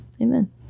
Amen